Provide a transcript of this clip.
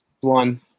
one